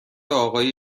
آقای